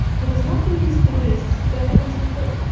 but it's not been used for years for evidence in court.